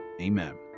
Amen